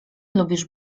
lubisz